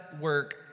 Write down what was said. work